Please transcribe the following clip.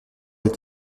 est